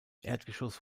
erdgeschoss